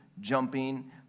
jumping